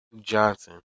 Johnson